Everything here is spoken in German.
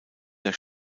der